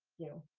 you know,